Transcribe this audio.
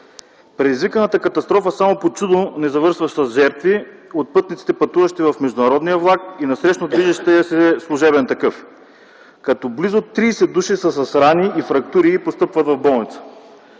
Предизвиканата катастрофа само по чудо не завършва с жертви от пътниците, пътуващи в международния влак, и насреща движещия се служебен такъв. Близо 30 души са с рани и фрактури и постъпват в болница.